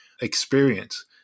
experience